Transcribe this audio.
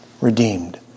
redeemed